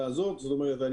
זאת אומרת,